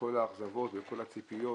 בכל האכזבות וכל הציפיות